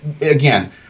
again